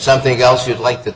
something else you'd like to